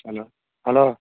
hello hello